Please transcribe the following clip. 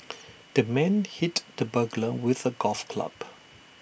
the man hit the burglar with A golf club